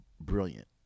Brilliant